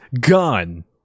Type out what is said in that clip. Gun